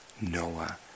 Noah